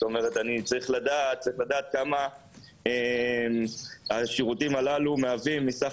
כלומר אני צריך לדעת כמה השירותים הללו מהווים מסך